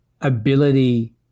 ability